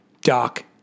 Doc